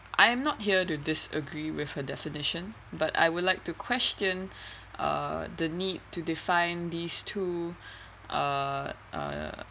I am not here to disagree with her definition but I would like to question uh the need to define these two uh